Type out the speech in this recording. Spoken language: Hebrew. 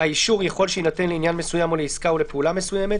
"ניתנה החלטה על עיכוב הליכים,